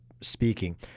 speaking